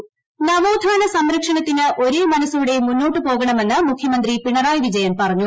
മുഖ്യമന്തി നവോത്ഥാന സംരക്ഷണത്തിന് ഒരേ മനസോടെ മുന്നോട്ടു പോകണമെന്ന് മുഖ്യമന്ത്രി പിണറായി വിജയൻ പറഞ്ഞു